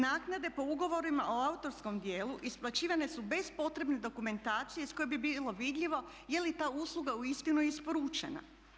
Naknade po ugovorima o autorskom djelu isplaćivane su bez potrebne dokumentacije iz koje bi bilo vidljivo je li ta usluga uistinu isporučena.